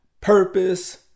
purpose